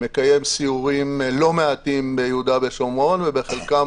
מקיים סיורים לא מעטים ביהודה ושומרון ובחלקם